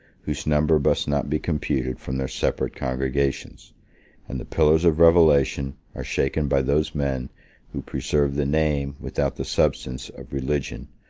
whose number must not be computed from their separate congregations and the pillars of revelation are shaken by those men who preserve the name without the substance of religion,